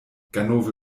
ganove